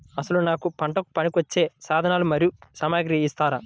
అసలు నాకు పంటకు పనికివచ్చే సాధనాలు మరియు సామగ్రిని ఇస్తారా?